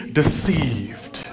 deceived